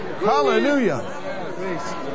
Hallelujah